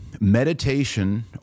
meditation